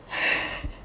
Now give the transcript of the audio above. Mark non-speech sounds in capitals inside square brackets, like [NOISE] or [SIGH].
[LAUGHS]